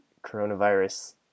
Coronavirus